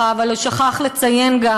אבל הוא שכח לציין גם